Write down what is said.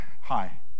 Hi